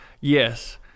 Yes